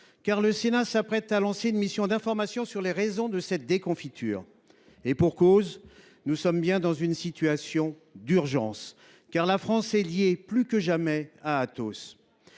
le Sénat s’apprête à lancer une mission d’information sur les raisons de cette déconfiture. Et pour cause, nous sommes bien dans une situation d’urgence, car la France est plus que jamais liée à Atos.